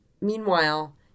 Meanwhile